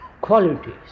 qualities